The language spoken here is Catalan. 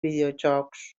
videojocs